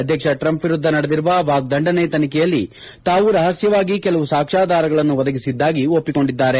ಅಧ್ಯಕ್ಷ ಟ್ರಂಪ್ ವಿರುದ್ದ ನಡೆದಿರುವ ವಾಗ್ದಂಡನೆ ತನಿಖೆಯಲ್ಲಿ ತಾವು ರಹಸ್ಯವಾಗಿ ಕೆಲವು ಸಾಕ್ಷಾ ಧಾರಗಳನ್ನು ಒದಗಿಸಿದ್ದಾಗ ಒಪ್ಸಿಕೊಂಡಿದ್ದಾರೆ